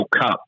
Cup